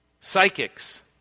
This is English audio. Psychics